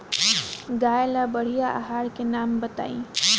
गाय ला बढ़िया आहार के नाम बताई?